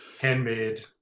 Handmade